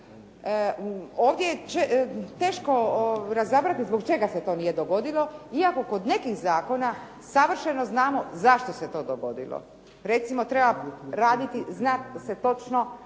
Ovdje je teško razabrati zbog čega se to nije dogodilo iako kod nekih zakona savršeno znamo zašto se to dogodilo. Recimo, treba raditi, zna se točno,